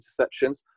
interceptions